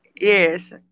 Yes